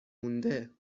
مونده